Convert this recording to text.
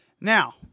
Now